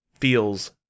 feels